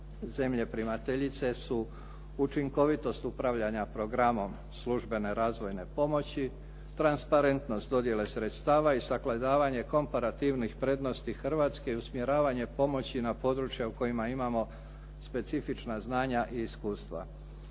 zemlje primateljice su učinkovitost upravljanja programom službene razvojne pomoći, transparentnost dodjele sredstava i sagledavanje komparativnih prednosti Hrvatske i usmjeravanje pomoći na područja u kojima imamo specifična znanja i iskustva.